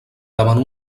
davant